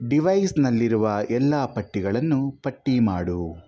ಡಿವೈಸ್ನಲ್ಲಿರುವ ಎಲ್ಲ ಪಟ್ಟಿಗಳನ್ನು ಪಟ್ಟಿ ಮಾಡು